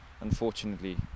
unfortunately